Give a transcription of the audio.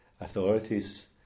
Authorities